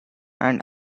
and